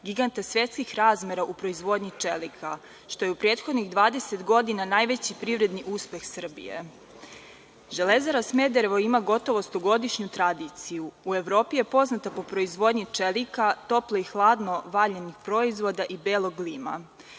giganta svetskih razmera u proizvodnji čelika, što je u prethodnih 20 godina najveći privredni uspeh Srbije. „Železara Smederevo“ ima gotovo stogodišnju tradiciju. U Evropi je poznata po proizvodnji čelika, toplo i hladno valjanih proizvoda i belog lima.